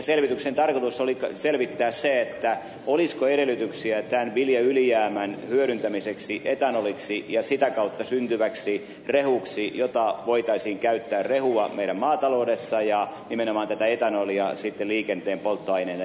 selvityksen tarkoitus oli selvittää se olisiko edellytyksiä tämän viljaylijäämän hyödyntämiseksi etanoliksi ja sen ohessa syntyväksi rehuksi jota voitaisiin käyttää meidän maataloudessamme ja nimenomaan tätä etanolia sitten liikenteen polttoaineena